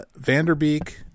Vanderbeek